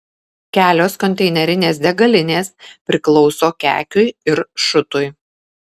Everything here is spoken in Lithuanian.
kelios konteinerinės degalinės priklauso kekiui ir šutui